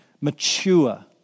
mature